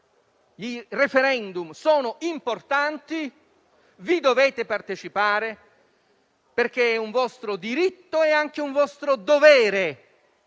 i *referendum* sono importanti, che vi devono partecipare perché è un loro diritto ma anche un loro dovere,